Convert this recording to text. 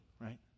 right